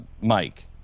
Mike